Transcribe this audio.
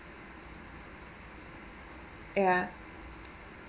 ya